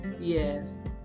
yes